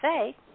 say